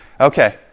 Okay